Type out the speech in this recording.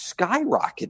skyrocketed